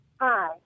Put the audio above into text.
Hi